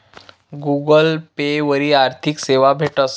Google Pay वरी आर्थिक सेवा भेटस